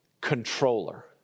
controller